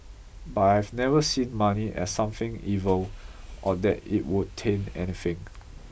but I've never seen money as something evil or that it would taint anything